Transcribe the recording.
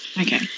okay